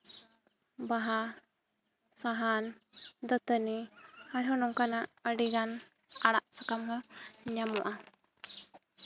ᱵᱟᱦᱟ ᱥᱟᱦᱟᱱ ᱫᱟᱹᱛᱟᱹᱱᱤ ᱟᱨ ᱦᱚᱸ ᱱᱚᱝᱠᱟᱱᱟᱜ ᱟᱹᱰᱤ ᱜᱟᱱ ᱟᱲᱟᱜ ᱥᱟᱠᱟᱢ ᱦᱚᱸ ᱧᱟᱢᱚᱜᱼᱟ